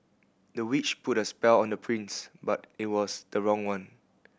the witch put a spell on the prince but it was the wrong one